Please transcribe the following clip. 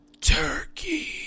Turkey